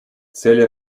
цель